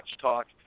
Talk